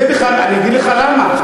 אני אגיד לך למה.